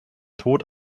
tod